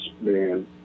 man